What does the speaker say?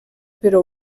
però